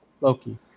Loki